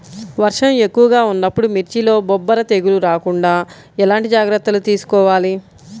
వర్షం ఎక్కువగా ఉన్నప్పుడు మిర్చిలో బొబ్బర తెగులు రాకుండా ఎలాంటి జాగ్రత్తలు తీసుకోవాలి?